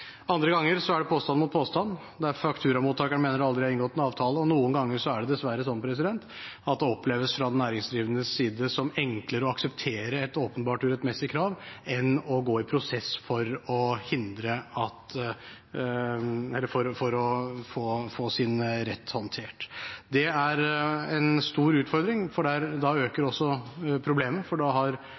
Andre ganger er det påstand mot påstand, der fakturamottakeren mener det aldri er inngått en avtale, og noen ganger er det dessverre slik at det oppleves fra den næringsdrivendes side som enklere å akseptere et åpenbart urettmessig krav, enn å gå i prosess for å få sin rett håndtert. Det er en stor utfordring, for da øker også problemet, for